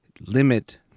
limit